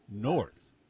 North